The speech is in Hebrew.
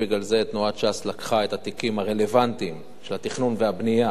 ולכן תנועת ש"ס לקחה את התיקים הרלוונטיים של התכנון והבנייה,